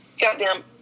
goddamn